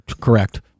Correct